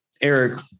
Eric